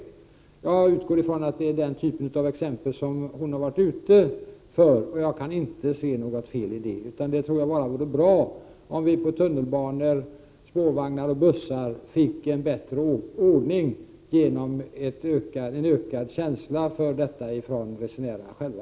Jag utgår ifrån att det är den typen av uppgörelser som Gunnel Färm haft i tankarna, och jag kan inte se något fel i det. Jag tror att det vore bra om vi på tunnelbanor, i spårvagnar och bussar fick en bättre ordning genom en ökad känsla för detta hos resenärerna själva.